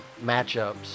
matchups